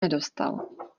nedostal